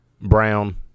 Brown